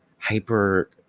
hyper-